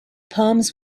palms